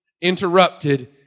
interrupted